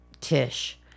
Tish